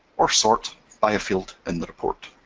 or sort by a field in the report.